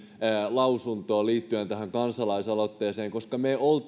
lausuntoa liittyen tähän kansalaisaloitteeseen koska me